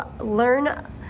learn